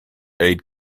aid